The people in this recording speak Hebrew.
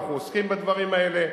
ואנחנו עוסקים בדברים האלה.